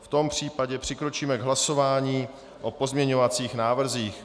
V tom případě přikročíme k hlasování o pozměňovacích návrzích.